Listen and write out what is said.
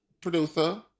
producer